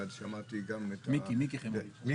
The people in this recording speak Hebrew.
ושמעתי גם את מה